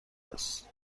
است